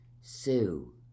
Sue